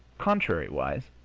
contrariwise,